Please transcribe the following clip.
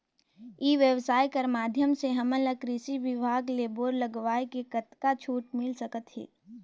ई व्यवसाय कर माध्यम से हमन ला कृषि विभाग ले बोर लगवाए ले कतका छूट मिल सकत हे?